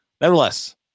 nevertheless